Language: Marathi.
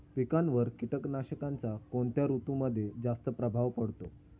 पिकांवर कीटकनाशकांचा कोणत्या ऋतूमध्ये जास्त प्रभाव पडतो?